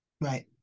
Right